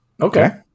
Okay